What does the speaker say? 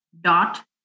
dot